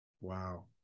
Wow